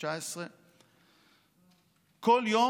שיש 19. כל יום